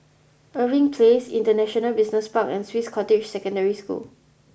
Irving Place International Business Park and Swiss Cottage Secondary School